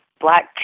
black